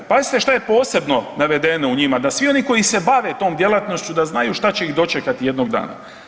Pazite što je posebno navedeno u njima, da svi oni koji se bave tom djelatnošću, da znaju šta će ih dočekati jednoga dana.